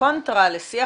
קונטרה לשיח